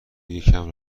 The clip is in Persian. یکم